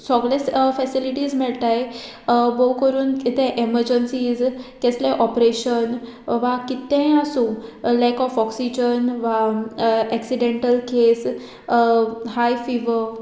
सोगले फेसिलिटीज मेळटाय बोव करून कितें एमरजंसीज केसलेय ऑपरेशन वा कितेंय आसूं लॅक ऑफ ऑक्सिजन वा एक्सिडेंटल केस हाय फिवर